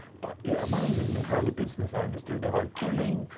but it amazes me how many business owners do their own bulling,